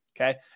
okay